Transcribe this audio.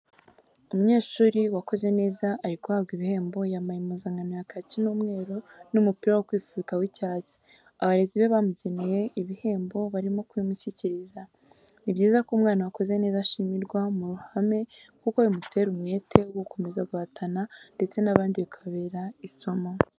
Umunyeshuri wakoze neza ari guhabwa ibihembo, yambaye impuzankano ya kaki, umweru n'umupira wo kwifubika w'icyatsi, abarezi be bamugeneye ibihembo barimo kubimushyikiriza, ni byiza ko umwana wakoze neza ashimirwa mu ruhame kuko bimutera umwete wo gukomeza guhatana ndetse n'abandi bikababera isomo.